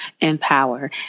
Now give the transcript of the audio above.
empower